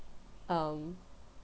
um